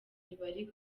ntibari